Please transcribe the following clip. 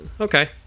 okay